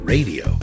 Radio